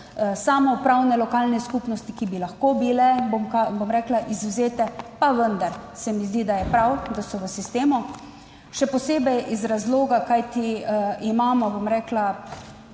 samoupravne lokalne skupnosti, ki bi lahko bile, bom rekla, izvzete pa vendar se mi zdi, da je prav, da so v sistemu še posebej iz razloga, kajti imamo, bom rekla,